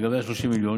לגבי ה-30 מיליון,